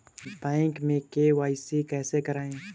Bank में KYC कैसे करायें?